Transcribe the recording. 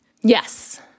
Yes